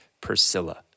Priscilla